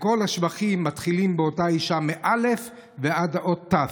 וכל השבחים, באותה אישה, מאל"ף ועד תי"ו.